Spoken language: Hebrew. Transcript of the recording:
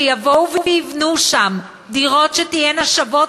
שיבואו ויבנו שם דירות שתהיינה שוות